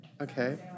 Okay